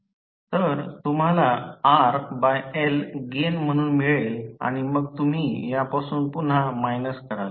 तर तुम्हाला RL gain म्हणून मिळेल आणि मग तुम्ही यापासून पुन्हा मायनस कराल